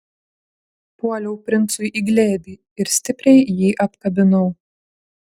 puoliau princui į glėbį ir stipriai jį apkabinau